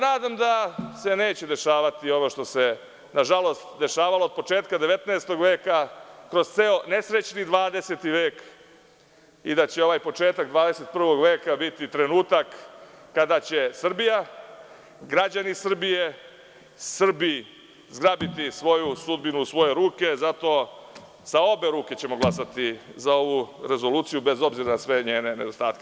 Nadam se da se neće dešavati ono što se nažalost dešavalo početkom 19. veka kroz ceo nesrećni 20. vek i da će ovaj početak 21. veka biti trenutak kada će Srbija, građani Srbije, Srbi zgrabiti svoju sudbinu u svoje ruke i zato ćemo sa obe ruke glasati za ovu rezoluciju bez obzira na sve njene nedostatke.